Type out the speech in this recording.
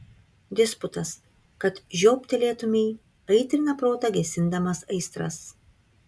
disputas kad žioptelėtumei aitrina protą gesindamas aistras